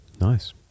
nice